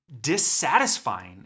dissatisfying